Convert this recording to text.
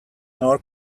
nor